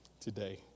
today